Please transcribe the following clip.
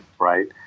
right